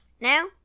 Now